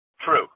True